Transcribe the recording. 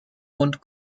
und